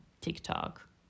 TikTok